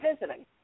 visiting